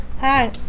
Hi